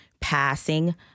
passing